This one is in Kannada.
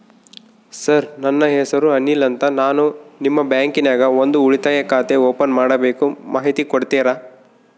ಸರ್ ನನ್ನ ಹೆಸರು ಅನಿಲ್ ಅಂತ ನಾನು ನಿಮ್ಮ ಬ್ಯಾಂಕಿನ್ಯಾಗ ಒಂದು ಉಳಿತಾಯ ಖಾತೆ ಓಪನ್ ಮಾಡಬೇಕು ಮಾಹಿತಿ ಕೊಡ್ತೇರಾ?